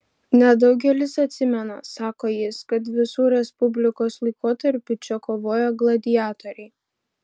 nedaugelis atsimena sako jis kad visu respublikos laikotarpiu čia kovojo gladiatoriai